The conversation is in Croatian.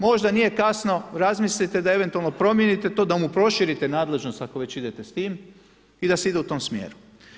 Možda nije kasno, razmislite, da eventualno primijenite to, da mu proširite nadležnost, ako već idete s tim i da se ide u tom smjeru.